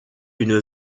une